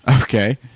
Okay